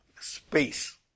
space